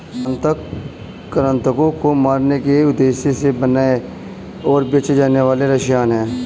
कृंतक कृन्तकों को मारने के उद्देश्य से बनाए और बेचे जाने वाले रसायन हैं